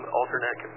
alternate